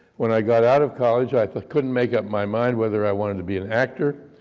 when i got out of college, i couldn't make up my mind whether i wanted to be an actor,